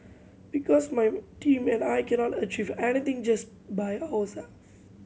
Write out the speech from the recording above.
because my team and I cannot achieve anything just by ourselves